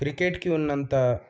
క్రికెట్కి ఉన్నంత